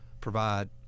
provide